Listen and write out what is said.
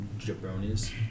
jabronis